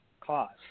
cost